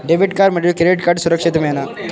Debit card మరియు credit card సురక్షితమేనా?